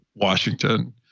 washington